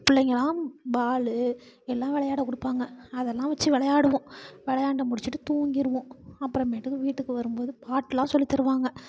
பிள்ளைங்களாம் பால் எல்லாம் விளையாட கொடுப்பாங்க அதெல்லாம் வச்சு விளையாடுவோம் விளையாண்டு முடிச்சுட்டு தூங்கிடுவோம் அப்புறமேட்டுக்கு வீட்டுக்கு வரும்போது பாட்டெலாம் சொல்லித் தருவாங்க